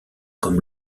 comme